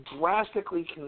drastically